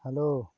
hello